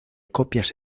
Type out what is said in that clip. copias